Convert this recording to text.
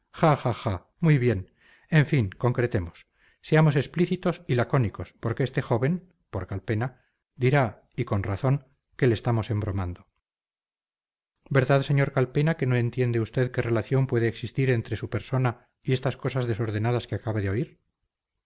muy bien en fin concretemos seamos explícitos y lacónicos porque este joven por calpena dirá y con razón que le estamos embromando verdad señor calpena que no entiende usted qué relación puede existir entre su persona y estas cosas desordenadas que acaba de oír